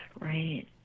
right